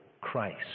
Christ